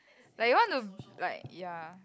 like you want to like ya